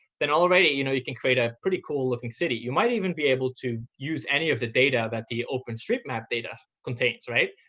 then already you know you can create a pretty cool looking city. you might even be able to use any of the data that the openstreetmap data contains, right?